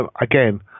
again